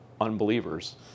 unbelievers